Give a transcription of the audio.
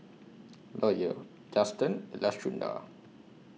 Lawyer Juston and Lashunda